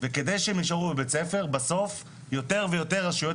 וכדי שהם יישארו ללמוד בבית הספר בסוף יותר ויותר רשויות